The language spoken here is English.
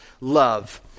love